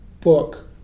book